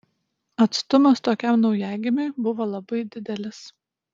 atstumas tokiam naujagimiui buvo labai didelis